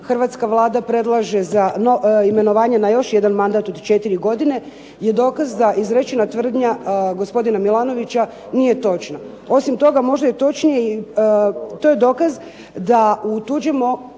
hrvatska Vlada predlaže za imenovanje na još jedan mandat od četiri godine je dokaz da izrečena tvrdnja gospodina Milanovića nije točna. Osim toga, možda je točnije i to je dokaz da, ne